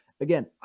Again